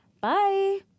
Bye